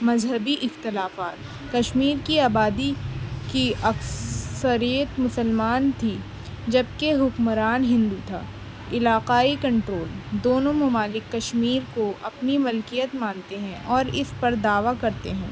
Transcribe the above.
مذہبی اختلافات کشمیر کی آبادی کی اکثریت مسلمان تھی جبکہ حکمران ہندو تھا علاقائی کنٹرول دونوں ممالک کشمیر کو اپنی ملکیت مانتے ہیں اور اس پر دعویٰ کرتے ہیں